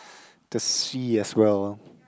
the sea as well ah